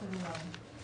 הרט"ן.